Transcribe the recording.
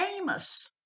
Amos